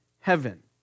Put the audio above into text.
heaven